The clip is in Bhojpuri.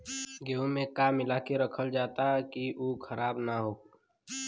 गेहूँ में का मिलाके रखल जाता कि उ खराब न हो?